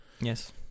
Yes